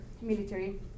military